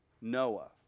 Noah